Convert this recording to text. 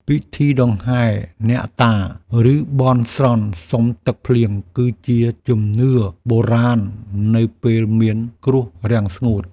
ពិធីដង្ហែអ្នកតា ឬបន់ស្រន់សុំទឹកភ្លៀង គឺជាជំនឿបុរាណនៅពេលមានគ្រោះរាំងស្ងួត។